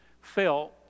felt